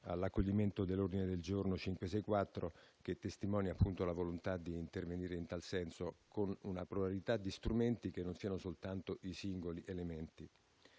all'accoglimento dell'ordine del giorno G/564/28/5 (testo 2), che testimonia, appunto, la volontà di intervenire in tal senso con una probabilità di strumenti che non siano soltanto i singoli elementi.